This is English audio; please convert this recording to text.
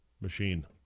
machine